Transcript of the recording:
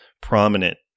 prominent